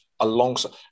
Alongside